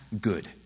good